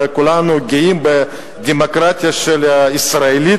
וכולנו גאים בדמוקרטיה הישראלית,